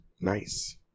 Nice